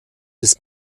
bis